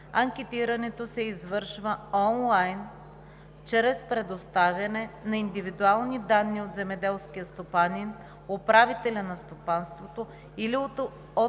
анкетирането се извършва онлайн чрез предоставяне на индивидуални данни от земеделския стопанин, управителя на стопанството или от